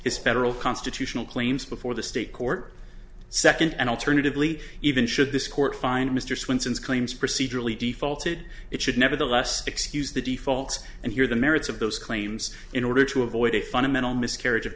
his federal constitutional claims before the state court second and alternatively even should this court find mr swenson's claims procedurally defaulted it should nevertheless excuse the defaults and hear the merits of those claims in order to avoid a fundamental miscarriage of